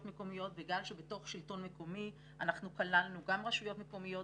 מקומיות בגלל שבתוך שלטון מקומי אנחנו כללנו גם רשויות מקומיות,